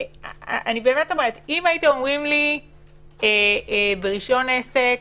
אם הייתם אומרים לי שברישיון עסק